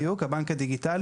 בדיוק, הבנק הדיגיטלי.